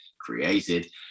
created